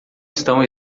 estão